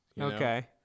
Okay